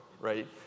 right